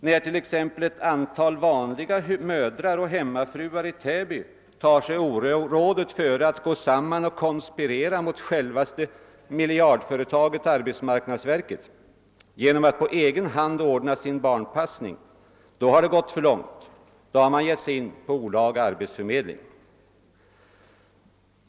När t.ex. ett antal vanliga mödrar och hemmafruar i Täby tar sig orådet före att gå samman och konspirera mot självaste miljardföretaget arbetsmarknadsverket genom att på egen hand ordna sin barnpassning, då har det gått för långt, då har man gett sig in på olaga arbetsförmedling.